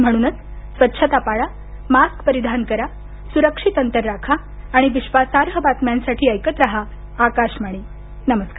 म्हणन स्वच्छता पाळा मास्क परिधान करा सरक्षित अंतर राखा आणि विश्वासार्ह बातम्यांसाठी ऐकत राहा आकाशवाणी नमस्कार